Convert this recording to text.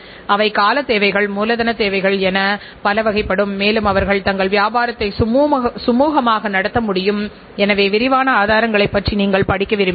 நிதி செயல்திறனையும் இயக்க செயல்திறனையும் மேம்படுத்துவதில் இருக்கக்கூடிய முக்கியமான சில நுட்பங்களைப் பற்றி பேசினோம்